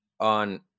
on